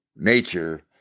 Nature